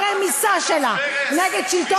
מישהו בדק את מרכז פרס?